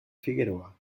figueroa